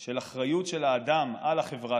של אחריות של האדם לחברה